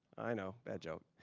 i know, bad joke.